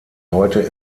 heute